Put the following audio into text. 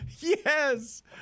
Yes